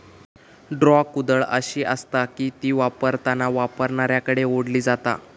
draw कुदळ अशी आसता की ती वापरताना वापरणाऱ्याकडे ओढली जाता